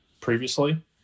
previously